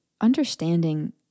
understanding